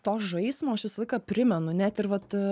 to žaismo aš visą laiką primenu net ir vat